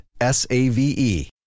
S-A-V-E